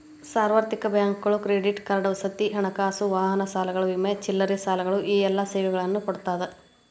ಸಾರ್ವತ್ರಿಕ ಬ್ಯಾಂಕುಗಳು credit card ವಸತಿ ಹಣಕಾಸು ವಾಹನ ಸಾಲಗಳು ವಿಮೆ ಚಿಲ್ಲರೆ ಸಾಲಗಳು ಈ ಎಲ್ಲಾ ಸೇವೆಗಳನ್ನ ಕೊಡ್ತಾದ